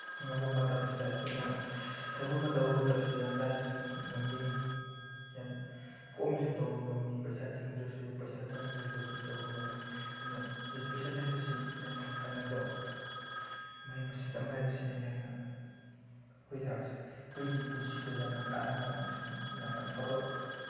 ꯉꯝꯕ ꯃꯇꯝꯁꯤꯗ ꯑꯩꯈꯣꯏꯅ ꯊꯕꯛ ꯑꯃ ꯇꯧꯕ ꯃꯇꯝꯁꯤꯗ ꯌꯥꯝ ꯂꯥꯏꯅꯁꯨ ꯉꯝꯃꯤ ꯌꯥꯝ ꯄꯣꯝꯅꯁꯨ ꯇꯧꯕ ꯉꯝꯃꯤ ꯄꯩꯁꯥ ꯇꯤꯡꯗ꯭ꯔꯁꯨ ꯄꯩꯁꯥ ꯆꯪꯗ꯭ꯔꯁꯨ ꯑꯗꯨꯝ ꯇꯧꯕ ꯉꯝꯃꯤ ꯑꯗꯨꯅ ꯑꯦꯖꯨꯀꯁꯟ ꯍꯥꯏꯕꯁꯤ ꯌꯥꯝꯅ ꯀꯥꯅꯕ ꯃꯍꯩ ꯃꯁꯤꯡ ꯇꯝꯕ ꯍꯥꯏꯕꯁꯤꯅ ꯌꯥꯝꯅ ꯑꯩꯈꯣꯏꯗ ꯑꯩꯈꯣꯏꯒꯤ ꯄꯨꯟꯁꯤꯗ ꯌꯥꯝꯅ ꯀꯥꯅꯕ ꯑꯃꯁꯨꯡ ꯌꯥꯝꯅ ꯑꯐꯕ